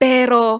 Pero